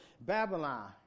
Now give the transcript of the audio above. Babylon